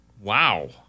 Wow